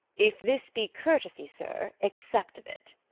if this be courtesy, sir, accept of it.